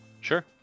Sure